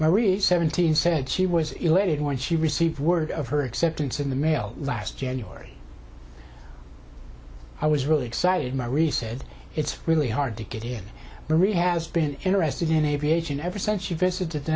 reach seventeen said she was elated when she received word of her acceptance in the mail last year i was really excited my re said it's really hard to get it marie has been interested in aviation ever since you visited the